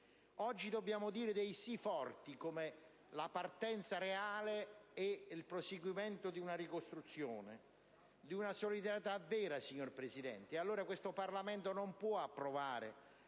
Oggi dobbiamo dire dei "sì" forti, per una partenza reale e un proseguimento della ricostruzione, per una solidarietà vera, signor Presidente. Questo Parlamento non può approvare